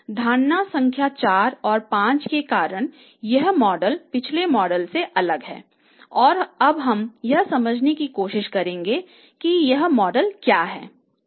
धारणा संख्या 4 और 5 के कारण यह मॉडल पिछले मॉडल से अलग है और हम अब यह समझने की कोशिश करेंगे कि मॉडल क्या है ठीक है